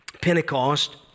Pentecost